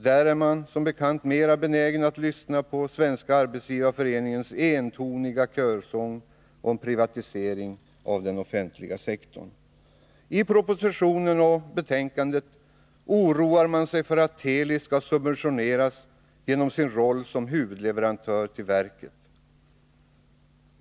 Där är man som bekant mera benägen att lyssna på Svenska arbetsgivareföreningens entoniga körsång om privatisering av den offentliga sektorn. I propositionen och betänkandet oroar man sig för att Teli skall subventioneras genom sin roll som huvudleverantör till verket.